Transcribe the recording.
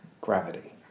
gravity